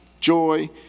joy